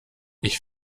ich